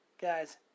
guys